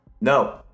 No